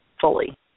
fully